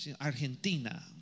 Argentina